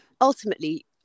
ultimately